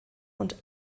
und